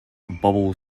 bubble